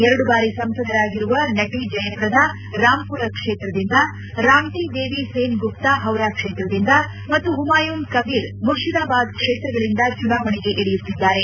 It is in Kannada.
ಎರಡು ಬಾರಿ ಸಂಸದರಾಗಿರುವ ನಟಿ ಜಯಪ್ರದಾ ರಾಂಪುರ ಕ್ಷೇತ್ರದಿಂದ ರಾಂಟಿದೇವಿ ಸೆನ್ ಗುಪ್ನಾ ಪೌರಾ ಕ್ಷೇತ್ರದಿಂದ ಮತ್ತು ಪುಮಾಯುನ್ ಕಬೀರ್ ಮುರ್ಷಿದಾಬಾದ್ ಕ್ಷೇತ್ರಗಳಿಂದ ಚುನಾವಣೆಗೆ ಇಳಿಯುತ್ತಿದ್ದಾರೆ